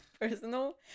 personal